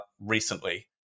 recently